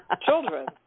children